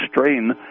strain